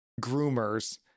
groomers